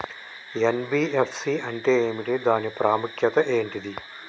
NBFC అంటే ఏమిటి దాని ప్రాముఖ్యత ఏంటిది?